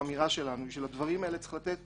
האמירה שלנו בשביל הדברים האלה צריכים לתת